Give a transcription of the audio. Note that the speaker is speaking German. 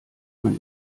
man